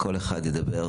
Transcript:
כל אחד ידבר.